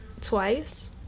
twice